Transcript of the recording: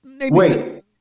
Wait